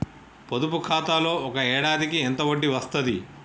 పొదుపు ఖాతాలో ఒక ఏడాదికి ఎంత వడ్డీ వస్తది?